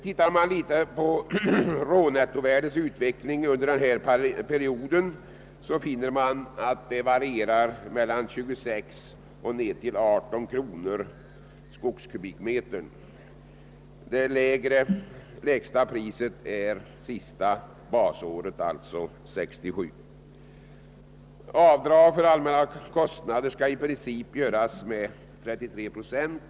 Ser man vidare på rånettovärdets utveckling under denna period, finner man att det varierar mellan 26 och ner till 18 kronor per skogskubikmeter. Det lägsta priset avser senaste basår, alltså 1967. Avdrag för allmänna kostnader skall i princip göras med 33 procent.